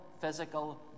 physical